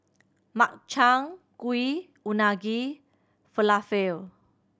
Makchang Gui Unagi Falafel